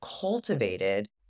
cultivated